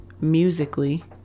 musically